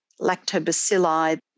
lactobacilli